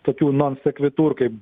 tokių non sequitur kaip